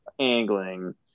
angling